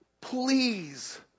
please